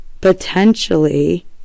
potentially